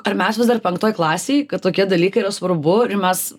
ar mes vis dar penktoj klasėj kad tokie dalykai yra svarbu ir mes